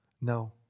No